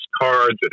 cards